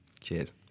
Cheers